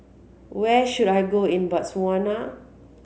where should I go in Botswana